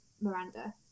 Miranda